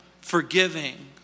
forgiving